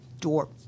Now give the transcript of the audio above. door